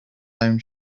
own